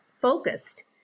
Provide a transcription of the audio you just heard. focused